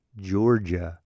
Georgia